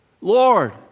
Lord